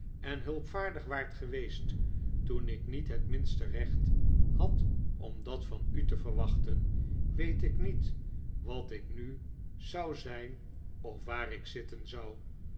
en hulpvaardig waart geweest toen ik niet het minste recht had om dat van u te verwachten weet ik niet wat ik nu zou zijn of waar ik zitten zou